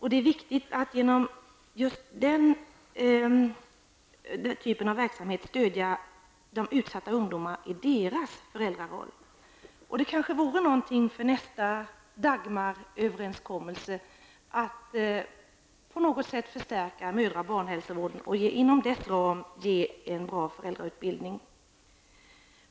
Det är viktig att just genom den typen av verksamhet stödja utsatta ungdomar i deras föräldraroll. Kanske vore det något för nästa Dagmaröverenskommelse att på något sätt förstärka mödra och barnhälsovården och inom dess ram ge en bra föräldrautbildning.